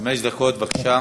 חמש דקות, בבקשה.